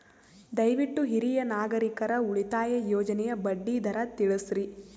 ದಯವಿಟ್ಟು ಹಿರಿಯ ನಾಗರಿಕರ ಉಳಿತಾಯ ಯೋಜನೆಯ ಬಡ್ಡಿ ದರ ತಿಳಸ್ರಿ